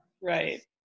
right